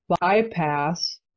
Bypass